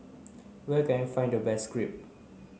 where can I find the best Crepe